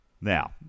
Now